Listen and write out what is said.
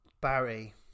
Barry